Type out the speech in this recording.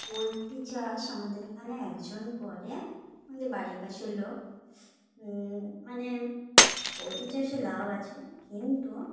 poultry চাষ আমাদের এখানে একজন করে আমাদের বাড়ির পাশের লোক মানে পোলট্রি চাষে লাভ আছে কিন্তু